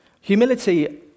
Humility